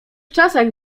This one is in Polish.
czasach